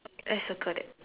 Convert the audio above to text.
let's circle that